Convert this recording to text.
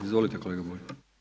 Izvolite kolega Bulj.